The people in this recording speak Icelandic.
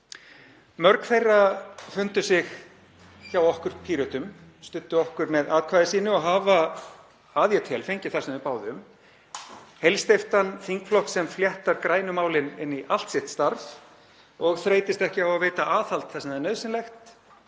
Mörg þeirra fundu sig hjá okkur Pírötum, studdu okkur með atkvæði sínu og hafa, að ég tel, fengið það sem þau báðu um: Heilsteyptan þingflokk sem fléttar grænu málin inn í allt sitt starf og þreytist ekki á að veita aðhald þar sem það er nauðsynlegt,